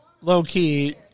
low-key